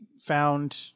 found